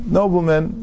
noblemen